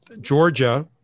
Georgia